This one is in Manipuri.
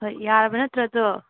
ꯍꯣꯏ ꯌꯥꯔꯕ ꯅꯠꯇ꯭ꯔ ꯑꯗꯣ